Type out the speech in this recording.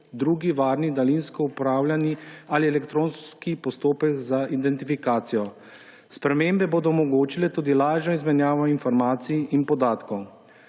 drugi varni daljinsko upravljani ali elektronski postopek za identifikacijo. Spremembe bodo omogočile tudi lažno izmenjavo informacij in podatkov.